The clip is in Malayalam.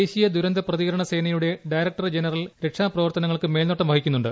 ദേശീയ ദുരന്ത പ്രതികരണ സേനയുടെ ഡയറക്ടർ ജനറൽ രക്ഷാപ്രവർത്തനങ്ങൾക്ക് മേൽനോട്ടം വഹിക്കുന്നുണ്ട്